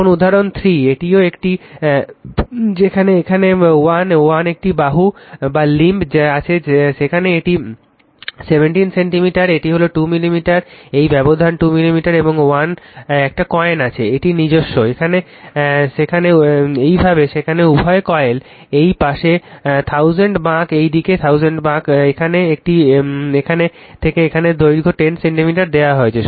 এখন উদাহরণ 3 এটিও একটি যেখানে এখানে 1 1টি বাহু আছে সেখানে এটি 17 সেন্টিমিটার এটি 2 মিলিমিটার এই ব্যবধান 2 মিলিমিটার এবং 1 কয়েন আছে এটি নিজস্ব এইভাবে সেখানে উভয় কয়েল এই পাশে 1000 বাঁক এই দিকে 1000 বাঁক এখানে এটি এখান থেকে এখানে দৈর্ঘ্য 10 সেন্টিমিটার দেওয়া হয়েছে